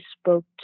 spoke